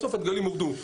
בסוף הדגלים הורדו.